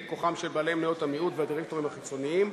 כוחם של בעלי מניות המיעוט והדירקטורים החיצוניים.